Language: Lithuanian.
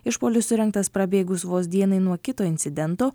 išpuolis surengtas prabėgus vos dienai nuo kito incidento